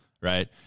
right